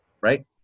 Right